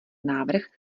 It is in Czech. návrh